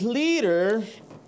leader